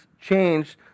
changed